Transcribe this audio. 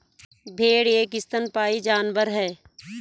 भेड़ एक स्तनपायी जानवर है